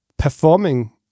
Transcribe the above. performing